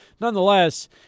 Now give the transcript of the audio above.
nonetheless